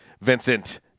Vincent